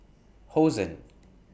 Hosen